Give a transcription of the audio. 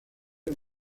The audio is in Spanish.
hoy